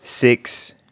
Six